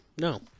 No